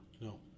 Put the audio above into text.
No